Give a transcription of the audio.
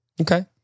Okay